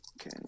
okay